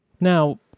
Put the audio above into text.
now